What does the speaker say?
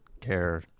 care